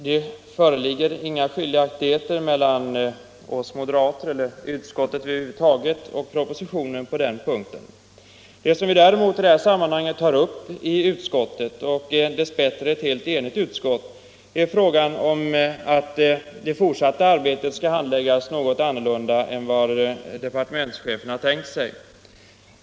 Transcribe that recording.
Det föreligger inga skiljaktigheter mellan utskottet och propositionen på den punkten. Däremot tar ett dess bättre helt enigt utskott upp frågan om att det fortsatta arbetet skall handläggas något annorlunda än vad departementschefen tänkt sig.